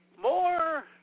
More